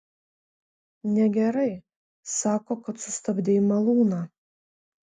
negerai sako kad sustabdei malūną